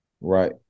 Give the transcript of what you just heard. Right